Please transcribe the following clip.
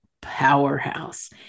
powerhouse